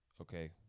okay